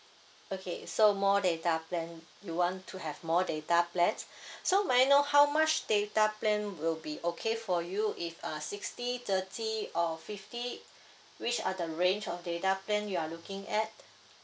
okay so more data plan you want to have more data plans so may I know how much data plan will be okay for you if uh sixty thirty or fifty which are the range of data plan you are looking at